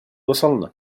وصلنا